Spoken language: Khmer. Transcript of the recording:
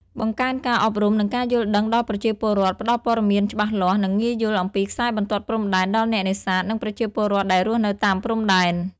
បង្កើនការអប់រំ និងការយល់ដឹងដល់ប្រជាពលរដ្ឋផ្តល់ព័ត៌មានច្បាស់លាស់ និងងាយយល់អំពីខ្សែបន្ទាត់ព្រំដែន ដល់អ្នកនេសាទ និងប្រជាពលរដ្ឋដែលរស់នៅតាមព្រំដែន។